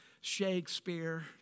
Shakespeare